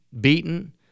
beaten